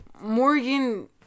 Morgan